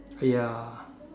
ya